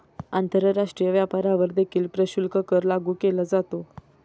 आंतरराष्ट्रीय व्यापारावर देखील प्रशुल्क कर लागू केला जातो